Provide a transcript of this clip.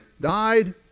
died